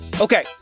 Okay